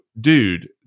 dude